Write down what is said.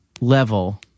level